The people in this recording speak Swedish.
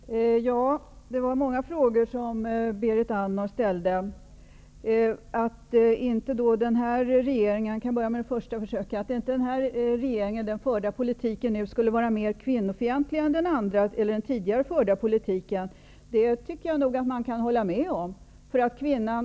Herr talman! Det var många frågor som Berit Andnor ställde. Jag börjar med den första frågan. Att den politik den här regeringen för inte skulle vara mer kvinnofientlig än den tidigare förda politiken tycker jag att man kan hålla med om.